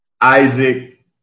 Isaac